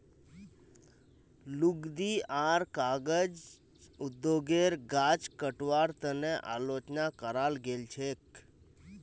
लुगदी आर कागज उद्योगेर गाछ कटवार तने आलोचना कराल गेल छेक